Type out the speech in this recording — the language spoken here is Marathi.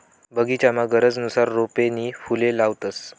बगीचामा गरजनुसार रोपे नी फुले लावतंस